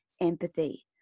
empathy